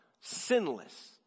sinless